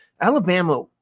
Alabama